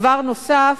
דבר נוסף,